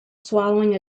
swallowing